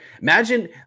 imagine